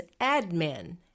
admin